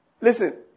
Listen